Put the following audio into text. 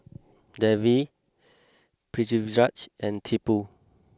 Devi Pritiviraj and Tipu